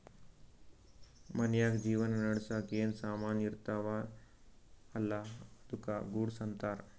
ಮನ್ಶ್ಯಾಗ್ ಜೀವನ ನಡ್ಸಾಕ್ ಏನ್ ಸಾಮಾನ್ ಇರ್ತಾವ ಅಲ್ಲಾ ಅದ್ದುಕ ಗೂಡ್ಸ್ ಅಂತಾರ್